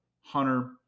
Hunter